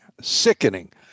sickening